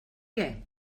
què